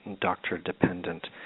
doctor-dependent